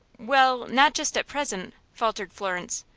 well, not just at present, faltered florence.